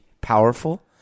powerful